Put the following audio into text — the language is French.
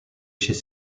chez